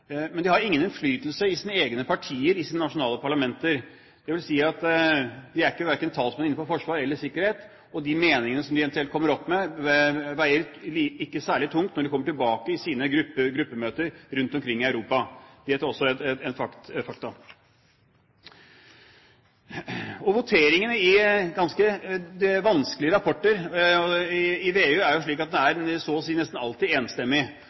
men de har ingen innflytelse i sine egne partier i sine nasjonale parlamenter. Det vil si at de verken er talsmenn innenfor forsvar eller sikkerhet, og de meningene som de eventuelt kommer opp med, veier ikke særlig tungt når de kommer tilbake i sine gruppemøter rundt omkring i Europa. Det er også et faktum. Voteringene i forbindelse med ganske vanskelige rapporter i VEU er så å si alltid enstemmige. Det synes jeg er